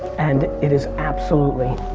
and it is absolutely,